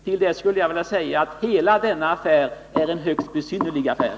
Till det skulle jag vilja säga att hela denna affär är en högst besynnerlig affär.